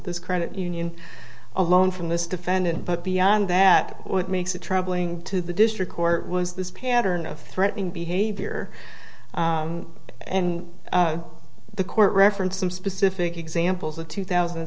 this credit union alone from this defendant but beyond that what makes it troubling to the district court was this pattern of threatening behavior and the court referenced some specific examples of two thousand